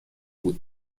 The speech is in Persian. بود